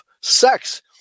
sex